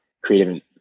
creative